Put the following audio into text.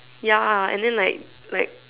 ya and then like like